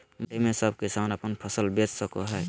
मंडी में सब किसान अपन फसल बेच सको है?